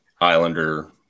Islander